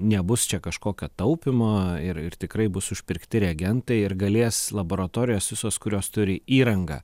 nebus čia kažkokio taupymo ir ir tikrai bus užpirkti reagentai ir galės laboratorijos visos kurios turi įrangą